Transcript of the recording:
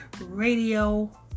Radio